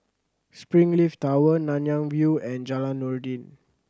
Springleaf Tower Nanyang View and Jalan Noordin